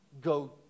go